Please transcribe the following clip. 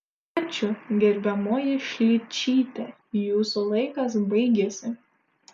ačiū gerbiamoji šličyte jūsų laikas baigėsi